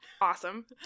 awesome